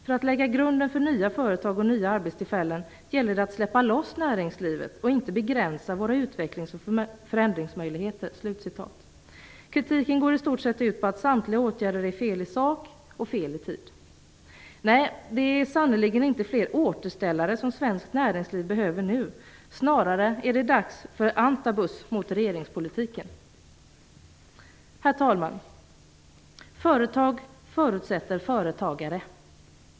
För att lägga grunden för nya företag och nya arbetstillfällen gäller det att släppa loss näringslivet och inte begränsa våra utvecklings och förändringsmöjligheter". Hans kritik går ut på att samtliga åtgärder är fel i sak och fel i tid. Nej, det är sannerligen inte fler återställare som svenskt näringsliv behöver nu - snarare är det dags för antabus mot regeringspolitiken. Herr talman! Företag förutsätter företagare.